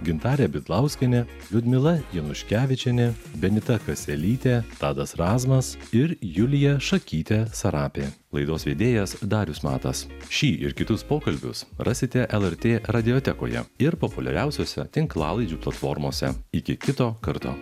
gintarė bidlauskienė liudmila januškevičienė benita kaselytė tadas razmas ir julija šakytė sarapė laidos vedėjas darius matas šį ir kitus pokalbius rasite lrt radiotekoje ir populiariausiose tinklalaidžių platformose iki kito karto